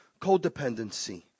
codependency